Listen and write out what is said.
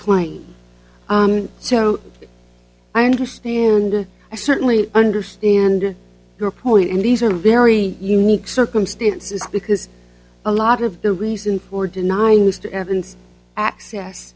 client so i understand i certainly understand your point and these are very unique circumstances because a lot of the reason for denying this to evans access